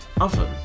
oven